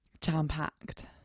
jam-packed